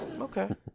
Okay